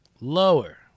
Lower